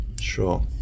Sure